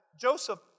Joseph